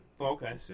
Okay